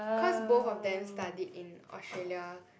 cause both of them studied in Australia